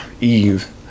Eve